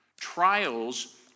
Trials